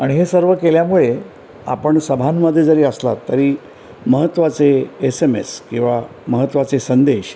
आणि हे सर्व केल्यामुळे आपण सभांमधे जरी असलात तरी महत्त्वाचे एस एम एस किंवा महत्त्वाचे संदेश